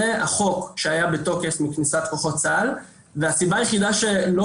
זה החוק שהיה בתוקף מכניסת כוחות צה"ל והסיבה היחידה שלא